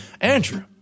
Andrew